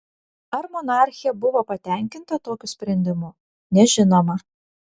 ar monarchė buvo patenkinta tokiu sprendimu nežinoma